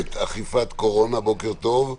מינהלת אכיפת קורונה, בוקר טוב.